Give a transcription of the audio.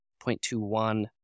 0.21